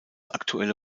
aktuelle